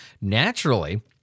Naturally